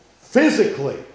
physically